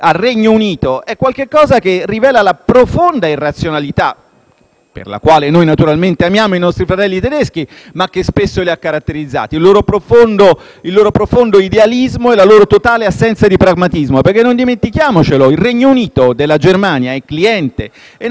(per la quale noi naturalmente amiamo i nostri fratelli tedeschi, ma che spesso li ha caratterizzati), il loro profondo idealismo e la loro totale assenza di pragmatismo. Non dimentichiamo infatti che il Regno Unito è cliente della Germania e non si è mai visto nel mondo un commerciante